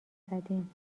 زدیم